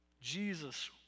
Jesus